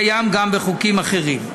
זה קיים גם בחוקים אחרים.